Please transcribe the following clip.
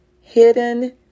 Hidden